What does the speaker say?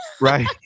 right